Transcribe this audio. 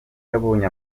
yabonye